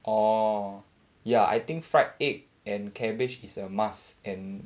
orh ya I think fried egg and cabbage is a must and